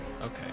Okay